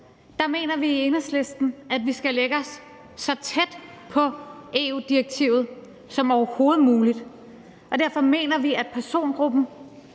Der mener vi i Enhedslisten, at vi skal lægge os så tæt på EU-direktivet som overhovedet muligt, og derfor mener vi, at persongruppen